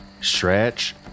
stretch